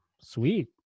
sweet